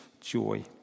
joy